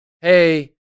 hey